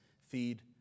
feed